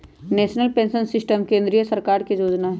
national pension system केंद्रीय सरकार के जोजना हइ